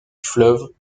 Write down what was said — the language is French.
fleuve